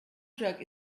jug